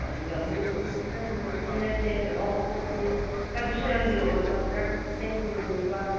ꯑꯗꯨꯒ ꯃꯅꯤꯄꯨꯔꯤ ꯐꯤꯂꯝꯒꯤ ꯏꯁꯩ ꯅꯠꯇꯦ ꯔꯣꯛ ꯅꯠꯇꯦ ꯀꯜꯆꯔꯒꯤ ꯑꯣꯏꯕ ꯇ꯭ꯔꯦꯗꯤꯁꯟꯅꯦꯜꯒꯤ ꯑꯣꯏꯕ